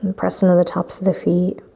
and press into the tops of the feet.